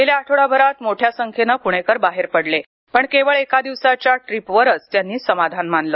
गेल्या आठवडाभरात मोठ्या संख्येनं पुणेकर बाहेर पडले पण केवळ एका दिवसाच्या ट्रीपवरच त्यांनी समाधान मानलं